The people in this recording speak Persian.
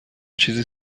چیزی